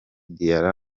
diarra